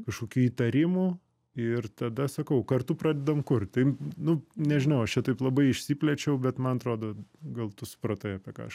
kažkokių įtarimų ir tada sakau kartu pradedam kurt tai nu nežinau aš čia taip labai išsiplėčiau bet man atrodo gal tu supratai apie ką aš